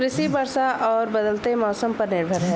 कृषि वर्षा और बदलते मौसम पर निर्भर है